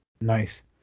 Nice